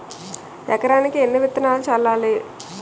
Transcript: ఎకరానికి ఎన్ని విత్తనాలు చల్లాలి?